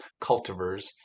cultivars